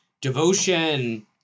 devotion